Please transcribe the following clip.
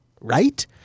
Right